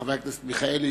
חבר הכנסת מיכאלי,